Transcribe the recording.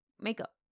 Makeup